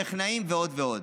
טכנאים, ועוד ועוד.